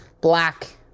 black